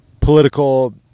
political